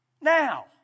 Now